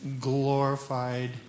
glorified